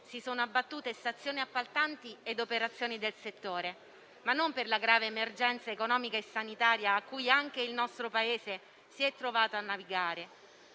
si sono abbattute stazioni appaltanti ed operazioni del settore, ma non per la grave emergenza economica e sanitaria in cui anche il nostro Paese si è trovato a navigare.